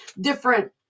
different